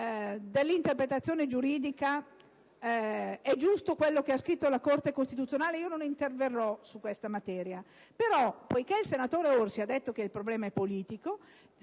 dell'interpretazione giuridica è chiaramente giusto quanto ha scritto la Corte costituzionale, e io non interverrò su questa materia. Però, siccome il senatore Orsi ha detto che il problema è politico,